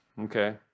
Okay